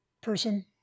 person